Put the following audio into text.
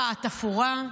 מה, התפאורה?